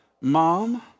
mom